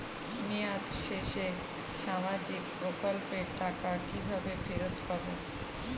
মেয়াদ শেষে সামাজিক প্রকল্পের টাকা কিভাবে ফেরত পাবো?